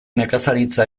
nekazaritza